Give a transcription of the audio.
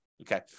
Okay